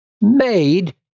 made